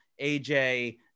AJ